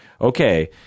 okay